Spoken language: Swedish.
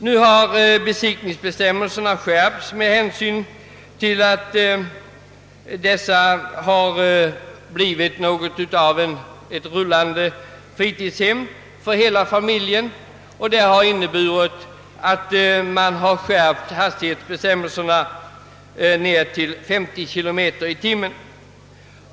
Nu har = besiktningsbestämmelserna skärpts med hänsyn till att husvagnarna har blivit något av ett rullande fritidshem för hela familjen. Man har skärpt hastighetsbestämmelserna så att nu gäller en högsta hastighet av 50 km i timmen.